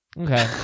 Okay